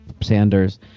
Sanders